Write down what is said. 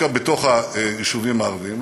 דווקא בתוך היישובים הערביים.